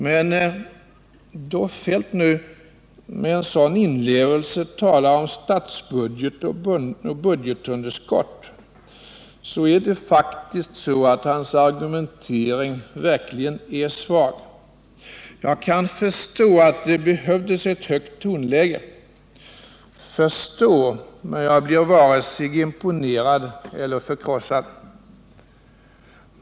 Men då herr Feldt nu med sådan inlevelse talar om statsbudget och budgetunderskott, är det faktiskt så, att hans argumentering verkligen är svag. Jag kan förstå att det behövdes ett högt tonläge, men jag blir varken imponerad eller förkrossad.